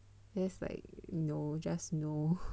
that's like no just no